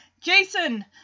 Jason